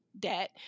debt